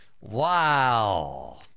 Wow